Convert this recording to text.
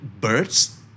birds